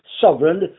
sovereign